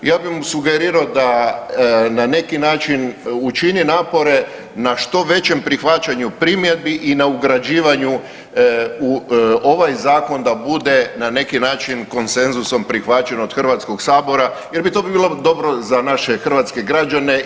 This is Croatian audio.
I ja bi mu sugerirao da na neki način učini napore na što većem prihvaćanju primjedbi i na ugrađivanju u ovaj zakon, da bude na neki način konsenzusom prihvaćen od Hrvatskog sabora jer bi to bilo dobro za naše hrvatske građane i za nas kao društvo.